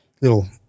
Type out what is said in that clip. little